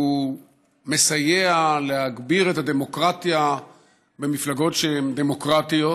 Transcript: הוא מסייע להגביר את הדמוקרטיה במפלגות שהן דמוקרטיות,